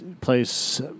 place